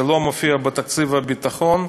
זה לא מופיע בתקציב הביטחון,